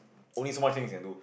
only so much things you can do